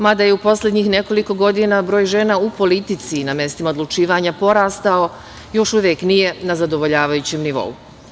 Mada je u poslednjih nekoliko godina broj žena u politici, na mestima odlučivanja, porastao, još uvek nije na zadovoljavajućem nivou.